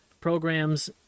programs